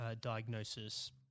diagnosis